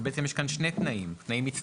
בעצם יש כאן שני תנאים מצטברים,